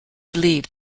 believed